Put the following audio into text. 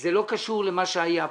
זה לא קשור למה שהיה פה.